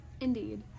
Indeed